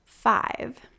five